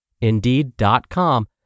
Indeed.com